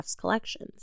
collections